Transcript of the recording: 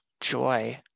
joy